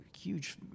huge